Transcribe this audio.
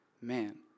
man